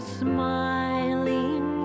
smiling